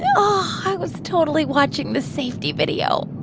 um i was totally watching the safety video